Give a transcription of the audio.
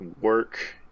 work